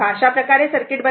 अशा प्रकारे सर्किट बनवा